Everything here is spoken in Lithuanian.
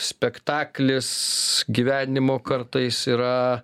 spektaklis gyvenimo kartais yra